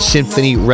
Symphony